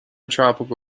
tropical